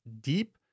deep